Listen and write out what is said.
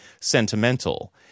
sentimental